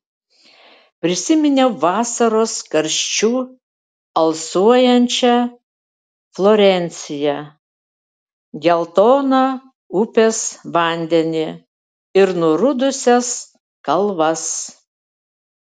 prisiminiau vasaros karščiu alsuojančią florenciją geltoną upės vandenį ir nurudusias kalvas